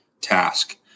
task